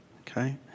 Okay